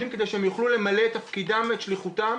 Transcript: כדי שהם יוכלו למלא את תפקידם ואת שליחותם.